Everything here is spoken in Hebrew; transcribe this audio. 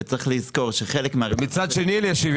מצד נוסף,